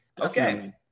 Okay